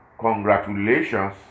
congratulations